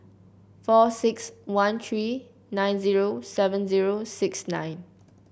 four six one three nine zero seven zero six nine